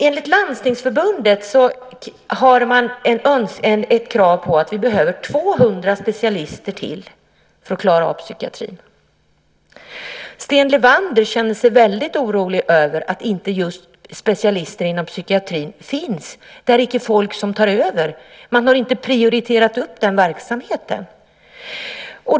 Enligt Landstingsförbundet har man ett krav på att vi behöver 200 specialister till för att klara av psykiatrin. Sten Levander känner sig orolig över att det inte finns specialister inom psykiatrin. Det finns icke folk som tar över. Man har inte prioriterat den verksamheten.